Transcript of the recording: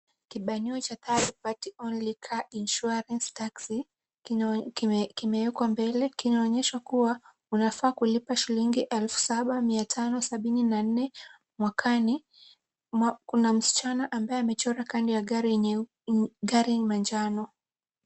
Kibanio cha Third Party Only Car Insurance Taxi, kimeekwa mbele. Kinaonyesha kuwa unafaa kulipa shilingi elfu saba mia tano sabini na nne mwakani, kuna msichana ambaye amechorwa kando ya gari manjano.